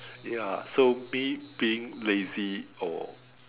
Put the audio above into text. ya so me being lazy or